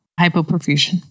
Hypoperfusion